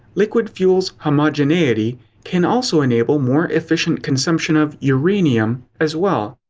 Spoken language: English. liquid fuel's homogeneity can also enable more efficient consumption of uranium as well.